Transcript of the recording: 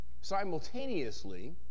simultaneously